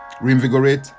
reinvigorate